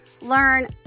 learn